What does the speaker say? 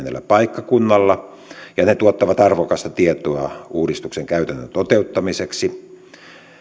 kolmellakymmenellä paikkakunnalla ja ne tuottavat arvokasta tietoa uudistuksen käytännön toteuttamiseksi